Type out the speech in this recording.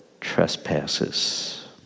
trespasses